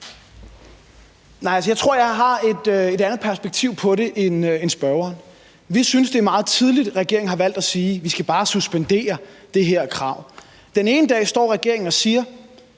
jeg tror, jeg har et andet perspektiv på det end spørgeren. Vi synes, det er meget tidligt, at regeringen har valgt at sige, at vi bare skal suspendere det her krav. Den ene dag står regeringen og siger: